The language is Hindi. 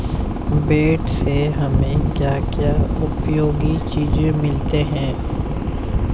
भेड़ से हमें क्या क्या उपयोगी चीजें मिलती हैं?